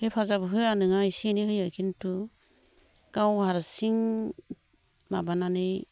हेफाजाब होआ नङा एसे एनै होयो खिन्थु गाव हारसिं माबानानै